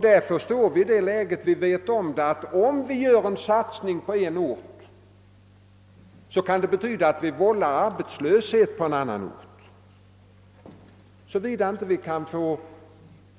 Därför står vi i det läget — vi vet om det — att om vi gör en satsning på en ort, kan det betyda att vi vållar arbetslöshet på en annan ort, såvida vi inte kan få